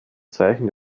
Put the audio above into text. zeichen